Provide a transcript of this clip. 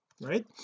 right